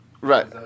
Right